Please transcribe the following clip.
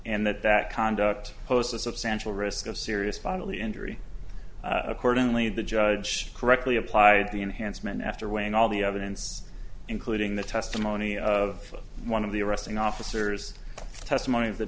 and that that conduct posed a substantial risk of serious bodily injury accordingly the judge correctly applied the enhancement after weighing all the evidence including the testimony of one of the arresting officers testimony